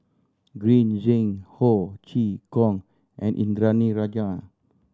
Green Zeng Ho Chee Kong and Indranee Rajah